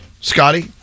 Scotty